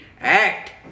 act